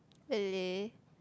really